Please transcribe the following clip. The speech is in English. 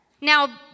now